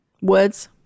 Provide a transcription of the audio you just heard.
Woods